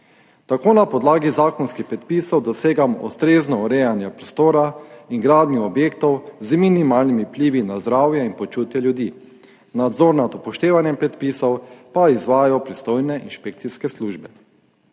Tako na podlagi zakonskih predpisov dosegamo ustrezno urejanje prostora in gradnjo objektov z minimalnimi vplivi na zdravje in počutje ljudi. Nadzor nad upoštevanjem predpisov pa izvajajo pristojne inšpekcijske službe.